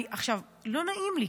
לא נעים לי,